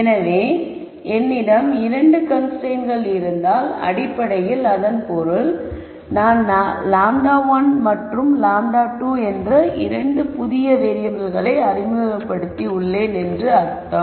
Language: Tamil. எனவே என்னிடம் இரண்டு கன்ஸ்ரைன்ட்கள் இருந்தால் அடிப்படையில் அதன் பொருள் நான் λ1 மற்றும் λ2 இரண்டு புதிய வேறியபிள்களை அறிமுகப்படுத்தி உள்ளேன் என்று அர்த்தம்